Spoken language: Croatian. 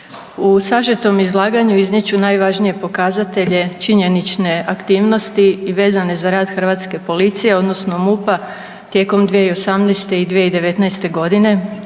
U sažetom izlaganju iznijet ću najvažnije pokazatelje činjenične aktivnosti i vezane za rad hrvatske policije odnosno MUP-a tijekom 2018. i 2019.g..